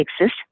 exist